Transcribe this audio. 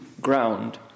ground